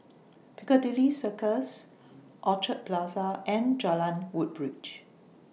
Piccadilly Circus Orchard Plaza and Jalan Woodbridge